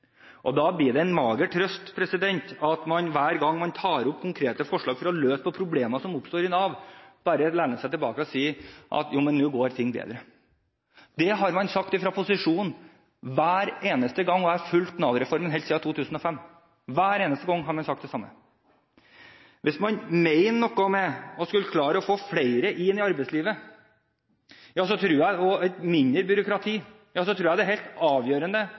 bedre. Da blir det en mager trøst at man hver gang vi tar opp konkrete forslag for å løse problemer som oppstår i Nav, bare lener seg tilbake og sier at nå går ting bedre. Det har man sagt fra posisjonen hver eneste gang, og jeg har fulgt Nav-reformen helt siden 2005 – hver eneste gang har man sagt det samme. Hvis man mener noe med å skulle klare å få flere inn i arbeidslivet og mindre byråkrati, tror jeg at det er helt avgjørende